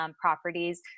properties